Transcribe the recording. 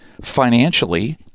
financially